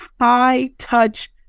high-touch